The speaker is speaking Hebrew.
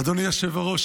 אדוני היושב-ראש,